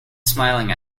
smiling